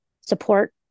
support